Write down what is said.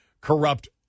corrupt